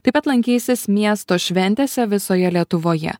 taip pat lankysis miesto šventėse visoje lietuvoje